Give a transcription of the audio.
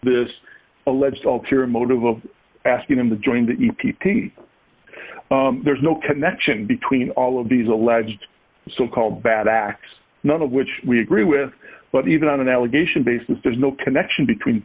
this alleged altera motive of asking him to join the p p there's no connection between all of these alleged so called bad acts none of which we agree with but even on an allegation basis there's no connection between